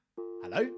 Hello